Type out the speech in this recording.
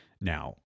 Now